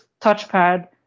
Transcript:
touchpad